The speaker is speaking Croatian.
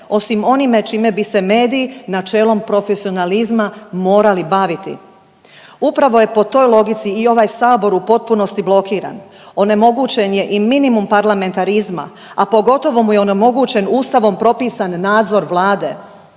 osim onime čime bi se mediji načelom profesionalizma morali baviti. Upravo je i po toj logici i ovaj Sabor u potpunosti blokiran, onemogućen je i minimum parlamentarizma, a pogotovo mu je onemogućen Ustavom propisan nadzor Vlade.